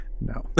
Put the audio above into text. No